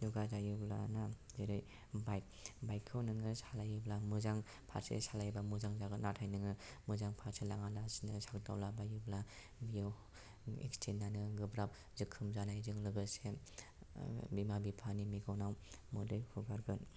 दुगा जायोब्ला ना जेरै बाइक बाइकखौ नोङो सालायोब्ला मोजां फारसे सालायोब्ला मोजां जागोन नाथाय नोङो मोजां फारसे लाङालासिनो सागदावला बायोब्ला बेयाव एक्सिदेन्ट आरो गोब्राब जोखोम जानायजों लोगोसे ओ बिमा बिफानि मेगनाव मोदै हुगारगोन